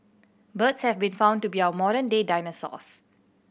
birds have been found to be our modern day dinosaurs